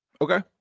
Okay